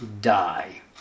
die